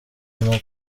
irimo